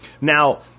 Now